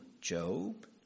Job